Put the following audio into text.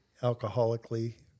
alcoholically